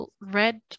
red